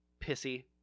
pissy